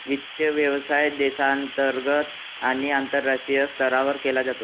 वित्त व्यवसाय देशांतर्गत आणि आंतरराष्ट्रीय स्तरावर केला जातो